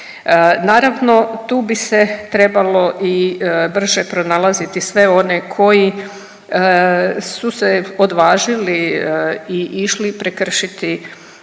Naravno tu bi se trebalo i brže pronalaziti sve one koji su se odvažili i išli prekršiti